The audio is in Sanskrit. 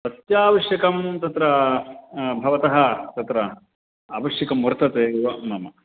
अत्यावश्यकं तत्र भवतः तत्र आवश्यकं वर्तते एव मम